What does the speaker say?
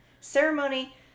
Ceremony